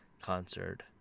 concert